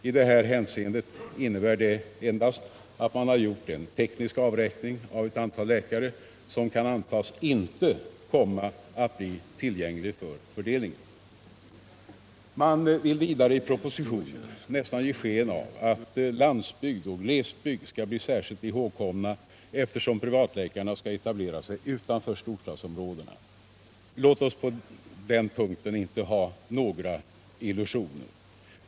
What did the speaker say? I det här hänseendet innebär det endast att man gjort en teknisk avräkning av ett antal läkare, som kan antas inte komma att bli tillgängliga för fördelning. Man vill vidare i propositionen nästan ge sken av att landsbygd och glesbygd skall bli särskilt ihågkomna, eftersom privatläkarna skall etablera sig utanför storstadsområdena. Låt oss på den punkten inte ha några illusioner.